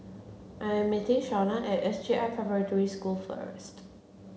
I am meeting Shauna at S J I Preparatory School first